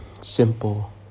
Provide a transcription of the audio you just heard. simple